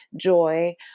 joy